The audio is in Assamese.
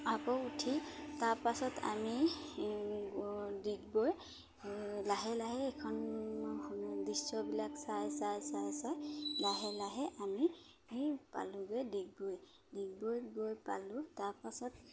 আকৌ উঠি তাৰপাছত আমি গৈ ডিগবৈ লাহে লাহে এইখন দৃশ্যবিলাক চাই চাই চাই চাই লাহে লাহে আমি পালোঁগে ডিগবৈ ডিগবৈত গৈ পালোঁ তাৰপাছত